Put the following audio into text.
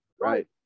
Right